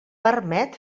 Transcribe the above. permet